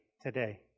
today